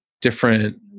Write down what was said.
different